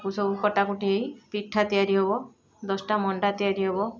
ମୁଁ ସବୁ କଟାକଟି ପିଠା ତିଆରି ହବ ଦଶଟା ମଣ୍ଡା ତିଆରି ହବ